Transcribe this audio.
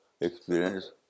experience